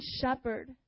shepherd